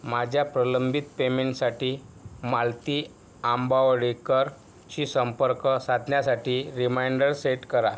माझ्या प्रलंबित पेमेंटसाठी माळती आंबावडेकरशी संपर्क साधण्यासाठी रिमाइंडर सेट करा